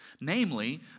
Namely